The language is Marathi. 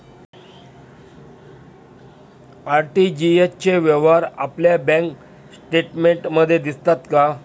आर.टी.जी.एस चे व्यवहार आपल्या बँक स्टेटमेंटमध्ये दिसतात का?